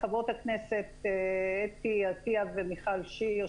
לחברות הכנסת אתי עטייה ומיכל שיר,